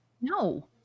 No